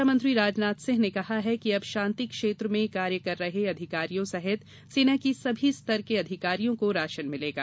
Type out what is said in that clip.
रक्षामंत्री राजनाथ सिंह ने कहा कि अब शान्ति क्षेत्र में कार्य कर रहे अधिकारियों सहित सेना के सभी स्तर के अधिकारियों को राशन मिलेगा